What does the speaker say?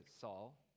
Saul